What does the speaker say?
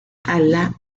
ala